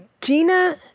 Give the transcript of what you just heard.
Gina